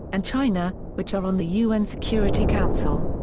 and china, which are on the un security council.